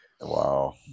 Wow